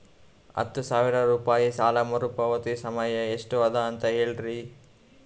ಹತ್ತು ಸಾವಿರ ರೂಪಾಯಿ ಸಾಲ ಮರುಪಾವತಿ ಸಮಯ ಎಷ್ಟ ಅದ ಅಂತ ಹೇಳರಿ?